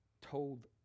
told